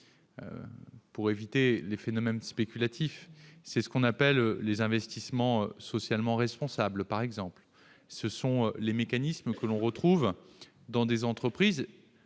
d'éviter les phénomènes spéculatifs ; c'est ce que l'on appelle « les investissements socialement responsables ». Ce sont des mécanismes que l'on retrouve dans les entreprises